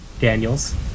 Daniels